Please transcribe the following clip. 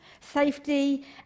Safety